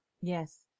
Yes